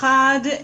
אחת,